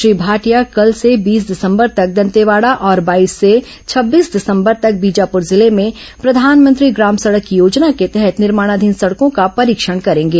श्री भाटिया कल से बीस दिसंबर तक दंतेवाड़ा और बाईस से छब्बीस दिसंबर तक बीजापुर जिले में प्रधानमंत्री ग्राम सड़क योजना के तहत निर्माणाधीन सड़कों का परीक्षण करेंगे